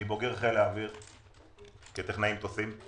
אני בוגר חיל האוויר כטכנאי מטוסים.